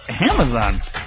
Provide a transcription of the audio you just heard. Amazon